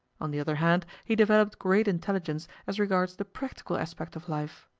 on the other hand, he developed great intelligence as regards the practical aspect of life.